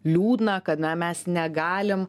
liūdna kad na mes negalim